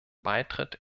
beitritt